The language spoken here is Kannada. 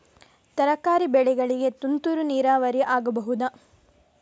ತರಕಾರಿ ಬೆಳೆಗಳಿಗೆ ತುಂತುರು ನೀರಾವರಿ ಆಗಬಹುದಾ?